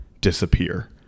disappear